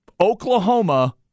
Oklahoma